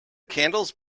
candles